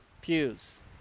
pews